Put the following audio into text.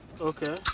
okay